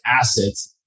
assets